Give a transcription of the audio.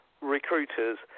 recruiters